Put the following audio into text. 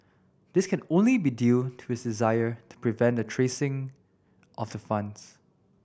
this can only be due to his desire to prevent the tracing of the funds